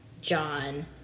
John